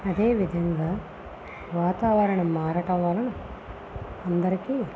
అదేవిధంగా వాతావరణం మారడం వలన అందరికి